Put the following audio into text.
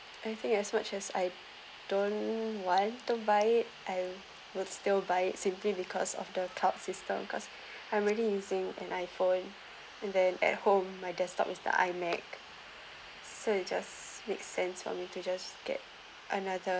I think as much as I don't want to buy it I would still buy it simply because of the cloud system cause I'm already using an iphone and then at home my desktop is the imac so it just make sense for me to just get another